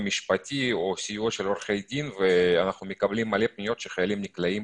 משפטי או סיוע של עורכי דין ואנחנו מקבלים מלא פניות שחיילים נקלעים